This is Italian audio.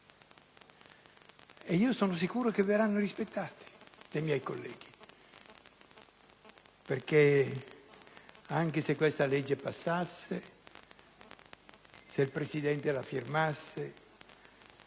E sono sicuro che verranno rispettate dai miei colleghi. Perché, anche se questa legge passasse, se il Presidente la firmasse,